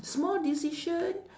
small decision